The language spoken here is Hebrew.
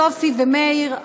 סופי ומאיר,